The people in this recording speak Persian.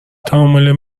تعامل